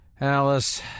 Alice